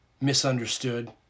misunderstood